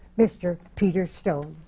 mr. peter stone.